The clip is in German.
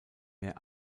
mehr